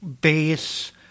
base